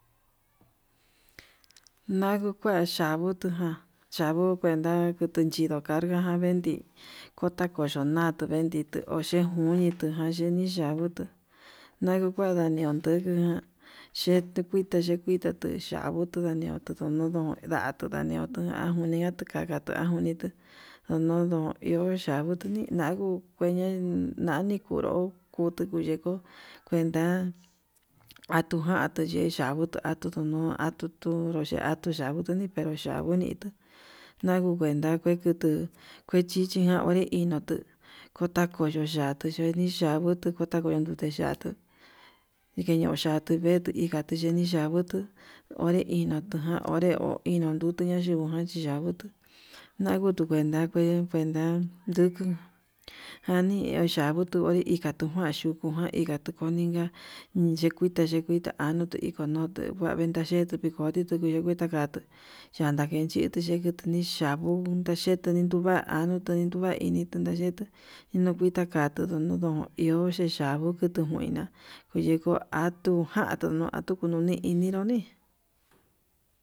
Najukue xhaxhungutu ján changuu kuenta kuu chindo carga ján vendi, kuta koyo natuu vendii oye'e nunitu ján kueni yandituu, ñaniukuada niunduku ján xhedukuta ndukuta tuu chaniu ndon nduku nodon tuu ndatio ndaniutu an gatu kanata, ndunitu ndono ndó iho yanguni nanguu kur nani kunró, kutuu kuu yeko kuenta atujatuu yee yanguo atuu ndono atuuro atuu yangui kune pero yagui nito'o naguu kuenta kue kutuu kue chichijan onré inutu kotako no'o yatuu kueni yangui, nduku tankuendute yatuu ike yuu yatu vetu ike ño'o ya'a yinguixhi yanguto ore iñotu onré ndo iño ndutu ñayinguo jan, yanguu naku tuu kuenta kué enkuenta ndukuu janii uyangutu he ikatuu uanyuku uan inkatuu koni ya'a yekuita yekuita anuu nduu iko nute kue inka yeetu kua inka nuu ndakatuu yanka yenditu diketuu, niyabuu ndakete nindunva'a ante tuvainitu ndaye'e ndo inukuita katuu ndunuu ndo iho yeyanguo kutuu noina nduyiko atuu ján atuu no'o atundoni inino yuni.